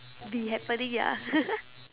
be happening ya